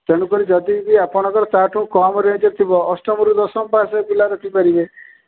ତେଣୁକରି ଯଦି ବି ଆପଣଙ୍କର ତାଠୁଁ କମ୍ ରେଞ୍ଜ୍ ଥିବ ଅଷ୍ଟମରୁ ଦଶମ ପାସ୍ ପିଲା ରଖି ପାରିବେ